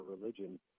religion